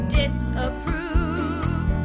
disapprove